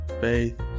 faith